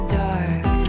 dark